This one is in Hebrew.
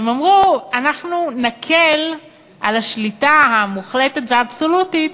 הם אמרו: אנחנו נקל את השליטה המוחלטת והאבסולוטית